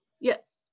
Yes